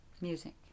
Music